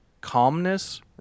calmness